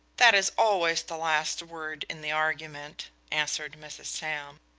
that is always the last word in the argument, answered mrs. sam.